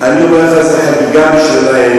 אני רואה בזה חגיגה בשבילם,